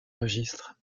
registre